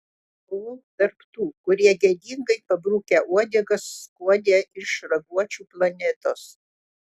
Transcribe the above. buvau tarp tų kurie gėdingai pabrukę uodegas skuodė iš raguočių planetos